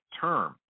term